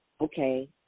Okay